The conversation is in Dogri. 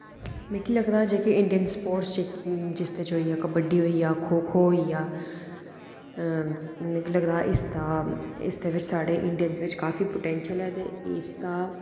मिकी लगदा जेह्के इंडियन स्पोर्टस जिस च होई गेआ कबड्डी खो खो होई गेआ मिगी लगदा इसदा साढ़े इंडियन बिच काफी पोटैंशियल ऐते इसदा